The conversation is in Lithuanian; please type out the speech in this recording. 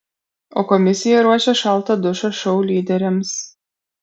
o komisija ruošia šaltą dušą šou lyderiams